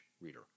reader